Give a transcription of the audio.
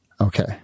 Okay